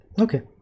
okay